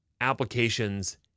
applications